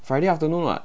friday afternoon [what]